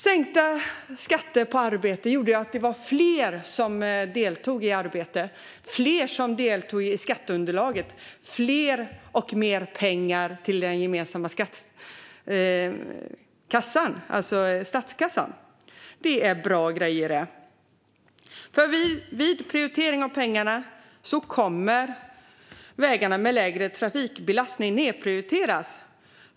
Sänkta skatter på arbete gjorde att det var fler som arbetade och deltog i skatteunderlaget, vilket ger mer pengar till den gemensamma statskassan. Det är bra grejer, det! Vid prioritering av pengarna kommer vägarna med lägre trafikbelastning att nedprioriteras.